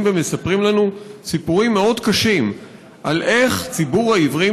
ומספרים לנו סיפורים מאוד קשים על איך ציבור העיוורים